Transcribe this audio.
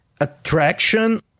attraction